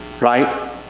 right